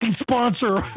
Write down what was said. sponsor